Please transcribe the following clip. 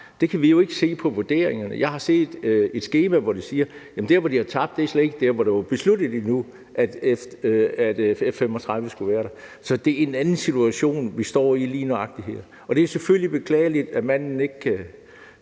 så kan vi jo ikke se det på vurderingerne. Jeg har set et skema, hvoraf det fremgår, at det, der hvor de har tabt, slet ikke er der, hvor det nu er besluttet at F 35 skal være. Så det er en anden situation, vi står i lige nøjagtig her. Det er selvfølgelig beklageligt, at manden ikke